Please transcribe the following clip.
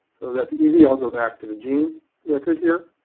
that's easy. i'll go back to the gene record here.